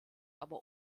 aber